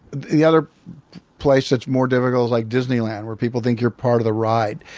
the other place that's more difficult is like disneyland where people think you're part of the ride.